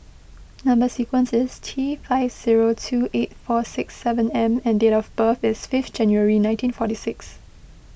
Number Sequence is T five zero two eight four six seven M and date of birth is fifth January nineteen forty six